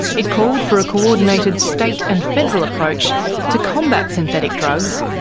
it called for a co-ordinated state and federal approach to combat synthetic drugs,